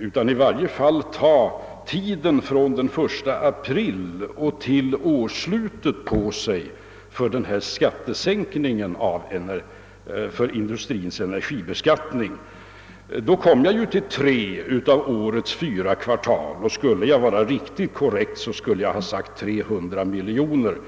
utan att vi i varje fall måste ha tiden från 1 april till årets slut på oss för sänkningen av industrins energibeskattning, kom jag fram till tre av årets fyra kvartal. Hade jag varit riktigt korrekt, skulle jag därför ha sagt 300 miljoner kronor.